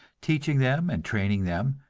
teaching them and training them,